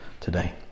today